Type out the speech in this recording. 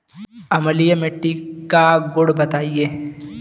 अम्लीय मिट्टी का गुण बताइये